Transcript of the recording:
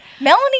Melanie